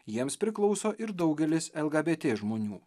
jiems priklauso ir daugelis lgbt žmonių